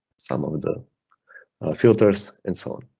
some of the filters and so on.